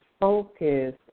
focus